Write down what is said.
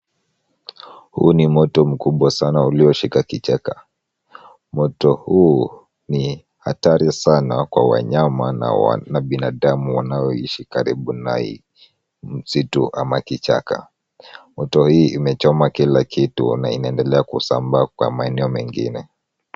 Huu ni moto mkubwa sana ulioshika kichaka. Moto huu ni hatari sana kwa wanyama na binadamu wanaoishi karibu na hii msitu ama kichaka. Moto hii imechoma kila kitu na inaendelea kusambaa kwa maeneo mengine.